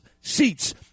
seats